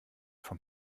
von